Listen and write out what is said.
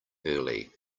early